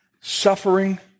suffering